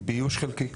היא באיוש חלקי.